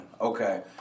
okay